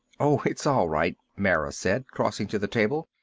oh, it's all right, mara said, crossing to the table.